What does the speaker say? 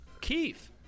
Keith